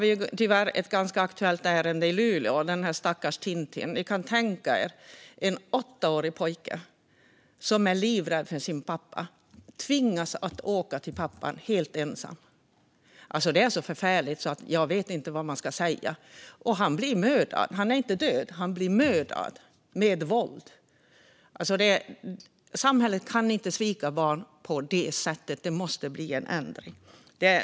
Vi har tyvärr även ett ganska aktuellt ärende i Luleå - den stackars Tintin. Ni kan ju tänka er: en åttaårig pojke som är livrädd för sin pappa och som tvingas att åka till honom helt ensam. Det är så förfärligt att jag inte vet vad man ska säga. Och pojken blir mördad. Han blev inte dödad, utan han blev mördad med våld. Samhället kan inte svika barn på det sättet. Det måste bli en ändring.